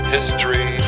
History